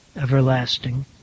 everlasting